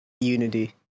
unity